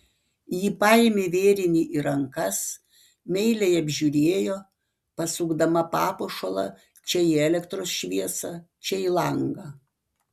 ji paėmė vėrinį į rankas meiliai apžiūrėjo pasukdama papuošalą čia į elektros šviesą čia į langą